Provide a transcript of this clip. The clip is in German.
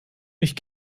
ich